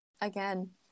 again